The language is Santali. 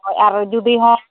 ᱟᱨ ᱡᱩᱫᱤ ᱦᱮᱸ